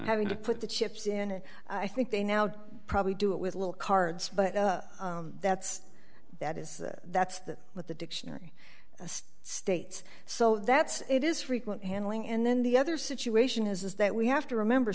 having to put the chips in i think they now probably do it with little cards but that's that is that's the what the dictionary states so that it is frequent handling and then the other situation is that we have to remember